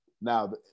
Now